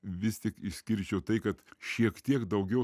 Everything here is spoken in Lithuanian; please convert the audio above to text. vis tik išskirčiau tai kad šiek tiek daugiau